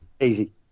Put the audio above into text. Easy